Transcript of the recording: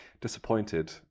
disappointed